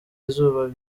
izuba